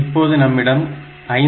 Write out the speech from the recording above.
இப்போது நம்மிடம் 5